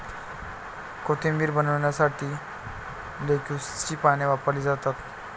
कोशिंबीर बनवण्यासाठी लेट्युसची पाने वापरली जातात